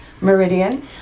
meridian